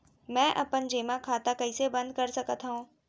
मै अपन जेमा खाता कइसे बन्द कर सकत हओं?